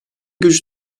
güç